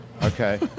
Okay